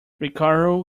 ricardo